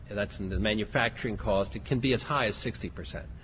that's in the manufacturing cost, it can be as high as sixty percent.